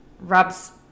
rubs